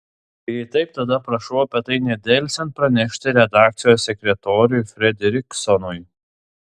jei taip tada prašau apie tai nedelsiant pranešti redakcijos sekretoriui fredriksonui